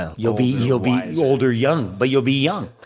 ah you'll be you'll be older young, but you'll be young.